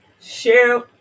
share